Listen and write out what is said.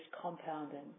compounding